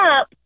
up